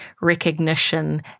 recognition